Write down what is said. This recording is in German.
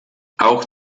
auch